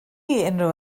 unrhyw